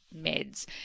meds